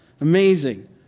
Amazing